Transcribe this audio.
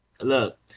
look